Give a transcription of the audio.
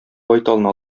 байталны